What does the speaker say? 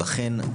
בחן.